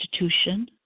institution